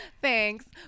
thanks